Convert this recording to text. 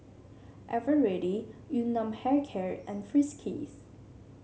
Eveready Yun Nam Hair Care and Friskies